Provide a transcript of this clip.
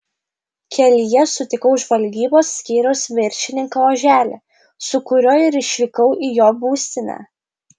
kelyje sutikau žvalgybos skyriaus viršininką oželį su kuriuo ir išvykau į jo būstinę